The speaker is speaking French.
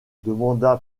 demanda